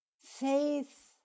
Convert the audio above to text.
faith